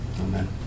amen